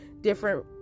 different